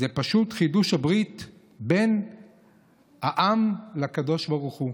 היא פשוט חידוש הברית בן העם לקדוש ברוך הוא.